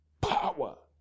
power